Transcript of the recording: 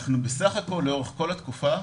בסך הכול, לאורך כל התקופה,